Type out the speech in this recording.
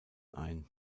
ein